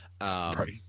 right